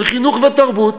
של חינוך ותרבות,